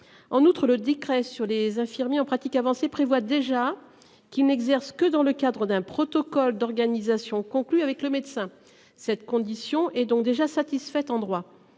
En outre, le décret sur les infirmiers en pratique avancée prévoit déjà qui n'exerce que dans le cadre d'un protocole d'organisation conclu avec le médecin. Cette condition est donc déjà satisfait en droit.